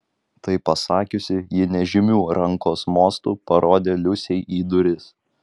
tai pasakiusi ji nežymiu rankos mostu parodė liusei į duris